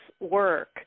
work